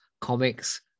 comics